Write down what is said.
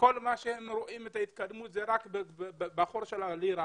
וכל מה שהם רואים זה רק את החור של הלירה